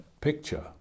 picture